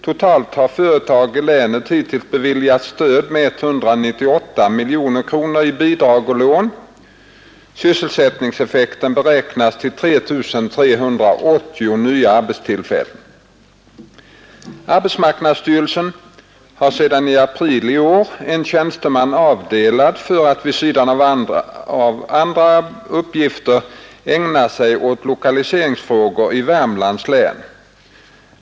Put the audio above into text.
Totalt har företag i länet hittills beviljats stöd med 198 miljoner kronor i bidrag och lån. Sysselsättningseffekten beräknas till 3 380 nya arbetstillfällen. Arbetsmarknadsstyrelsen har sedan april i år en tjänsteman avdelad för att — vid sidan av andra uppgifter — ägna sig åt lokaleringsfrågorna i Värmlands län.